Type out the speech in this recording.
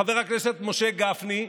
חבר הכנסת משה גפני,